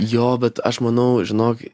jo bet aš manau žinok